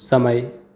સમય